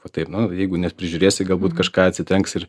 va taip nu jeigu neprižiūrėsi galbūt kažką atsitrenks ir